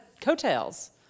coattails